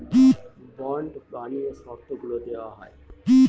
bond বানিয়ে শর্তগুলা দেওয়া হয়